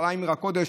ירושלים עיר הקודש,